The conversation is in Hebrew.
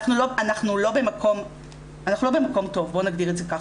אנחנו לא במקום טוב, בוא נגדיר את זה כך.